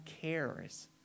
cares